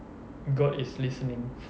god is listening